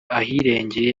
ahirengeye